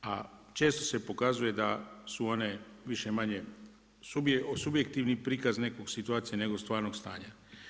A, često se pokazuje da su one više-manje, subjektivni prikaz neke situacije, nego stvarnog stanja.